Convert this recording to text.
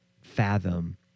fathom